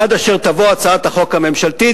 עד אשר תבוא הצעת החוק הממשלתית,